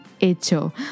hecho